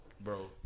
Bro